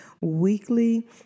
weekly